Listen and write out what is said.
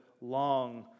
long